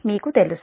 మీకు తెలుసు